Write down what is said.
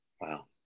Wow